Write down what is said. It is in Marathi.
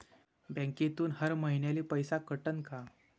बँकेतून हर महिन्याले पैसा कटन का?